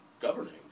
governing